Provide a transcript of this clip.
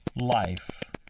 life